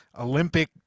Olympic